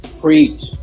Preach